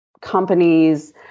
companies